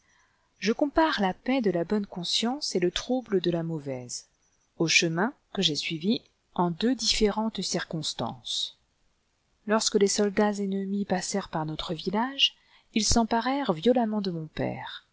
je compare la paix de la bonne conscience et le trouble de la mauvaise au chemin que j'ai suivi en deux différentes circonstances lorsque les soldats ennemis passèrent par notre village ils s'emparèrent violemment de mon père